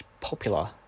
popular